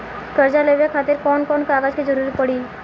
कर्जा लेवे खातिर कौन कौन कागज के जरूरी पड़ी?